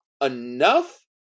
enough